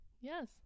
Yes